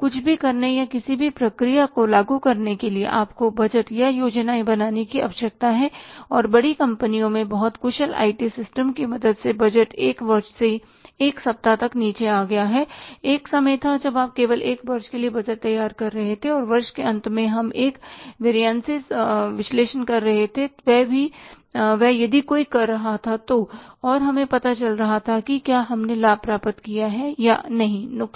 कुछ भी करने या किसी भी प्रक्रिया को लागू करने के लिए आपको बजट या योजनाएं बनाने की आवश्यकता है और बड़ी कंपनियों में बहुत कुशल आईटी सिस्टम की मदद से बजट 1 वर्ष से 1 सप्ताह तक नीचे आ गया है एक समय था जब आप केवल 1 वर्ष के लिए बजट तैयार कर रहे थे और वर्ष के अंत में हम एक वेरीआंसर्स विश्लेषण कर रहे थे वह भी वह यदि कोई कर रहा था और हमें पता चल रहा था कि क्या हमने लाभ प्राप्त किया है या नहीं नुकसान